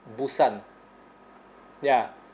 busan ya